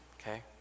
Okay